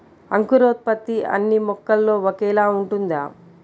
అంకురోత్పత్తి అన్నీ మొక్కల్లో ఒకేలా ఉంటుందా?